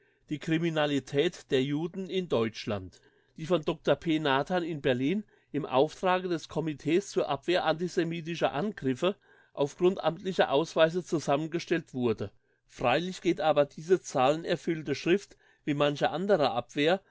die kriminalität der juden in deutschland die von dr p nathan in berlin im auftrage des comits zur abwehr antisemitischer angriffe auf grund amtlicher ausweise zusammengestellt wurde freilich geht aber diese zahlenerfüllte schrift wie manche andere abwehr